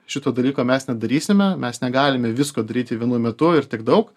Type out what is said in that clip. šito dalyko mes nedarysime mes negalime visko daryti vienu metu ir tiek daug